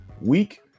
week